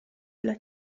dla